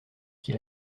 qu’il